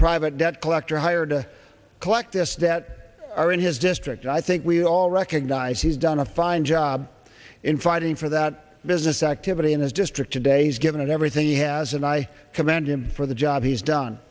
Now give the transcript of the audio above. private debt collector hired to collect us that are in his district i think we all recognize he's done a fine job in fighting for that business activity in his district today's given everything he has and i commend him for the job he's done